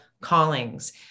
callings